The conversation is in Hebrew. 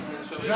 אפשר?